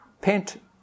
Paint